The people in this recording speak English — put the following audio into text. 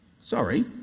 Sorry